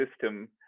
system